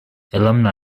alumni